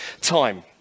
time